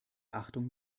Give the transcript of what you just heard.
achtung